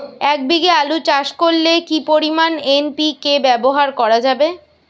এক বিঘে আলু চাষ করলে কি পরিমাণ এন.পি.কে ব্যবহার করা যাবে?